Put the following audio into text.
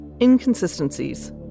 inconsistencies